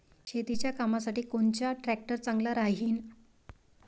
शेतीच्या कामासाठी कोनचा ट्रॅक्टर चांगला राहीन?